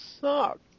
sucked